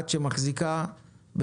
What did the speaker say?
ואל תעשי לי